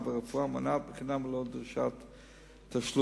והרפואה המונעת בחינם וללא דרישת תשלום.